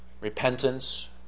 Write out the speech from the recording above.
repentance